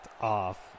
off